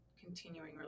continuing